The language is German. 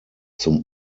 zum